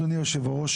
אדוני היושב-ראש,